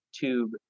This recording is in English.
tube